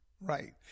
Right